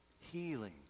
Healing